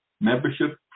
membership